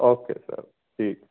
okay sir ਠੀਕ